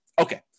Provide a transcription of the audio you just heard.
Okay